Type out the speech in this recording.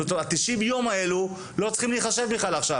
זאת אומרת ה-90 יום האלו לא צריכים להיחשב בכלל עכשיו